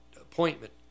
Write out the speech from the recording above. appointment